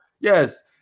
Yes